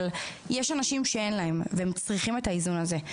אבל יש אנשים שאין להם והם צריכים את האיזון הזה.